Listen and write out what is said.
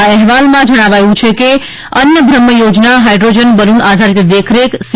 આ અહેવાલમાં જણાવાયું છે કે અન્ન બ્રહ્મ યોજના હાઇડ્રોજન બલૂન આધારિત દેખરેખ સી